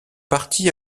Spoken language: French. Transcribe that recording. parti